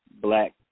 black